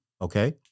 Okay